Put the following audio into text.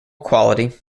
quality